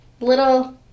Little